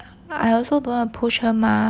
I also don't want to push her mah